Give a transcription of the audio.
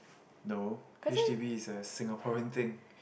no H_D_B is a Singaporean thing